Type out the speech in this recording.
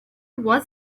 was